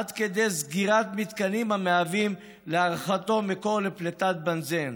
עד כדי סגירת מתקנים המהווים להערכתו מקור לפליטת בנזן.